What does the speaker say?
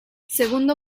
segundo